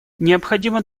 необходимо